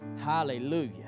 Hallelujah